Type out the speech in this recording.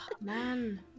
Man